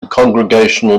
congregational